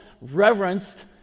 reverenced